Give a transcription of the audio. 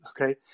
Okay